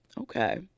Okay